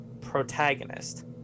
protagonist